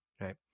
right